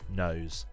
knows